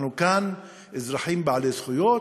אנחנו כאן אזרחים בעלי זכויות,